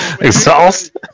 Exhaust